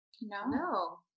No